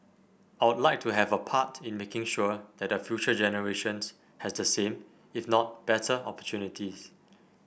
I'd like to have a part in making sure that the future generation has the same if not better opportunities